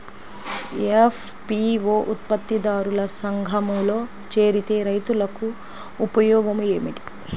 FPO ఉత్పత్తి దారుల సంఘములో చేరితే రైతులకు ఉపయోగము ఏమిటి?